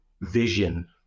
vision